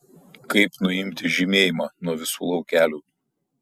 kaip nuimti žymėjimą nuo visų laukelių